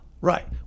Right